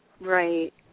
Right